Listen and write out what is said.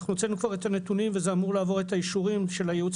אנחנו הוצאנו כבר את הנתונים וזה אמור לעבור את האישורים של הייעוץ